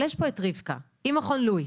אבל יש פה את רבקה והיא מכון לואיס.